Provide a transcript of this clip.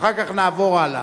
ואחר כך נעבור הלאה.